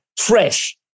fresh